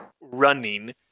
running